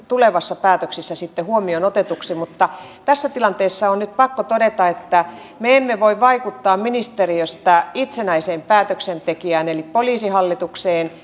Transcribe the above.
tulevassa päätöksessä sitten huomioon otetuksi mutta tässä tilanteessa on nyt pakko todeta että me emme voi vaikuttaa ministeriöstä itsenäiseen päätöksentekijään eli poliisihallitukseen